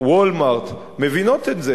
"וולמארט" מבינות את זה.